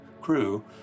crew